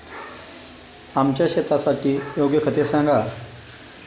आमच्या शेतासाठी योग्य खते सांगा